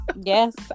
yes